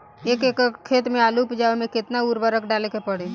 एक एकड़ खेत मे आलू उपजावे मे केतना उर्वरक डाले के पड़ी?